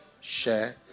share